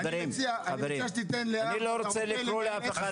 חברים, אני לא רוצה לקרוא לאף אחד לסדר.